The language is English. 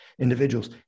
individuals